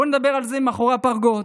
בואו נדבר על זה מאחורי הפרגוד,